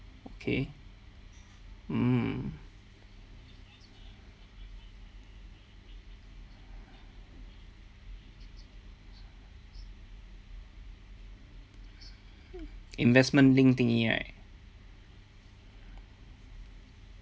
okay mm investment linked thingy right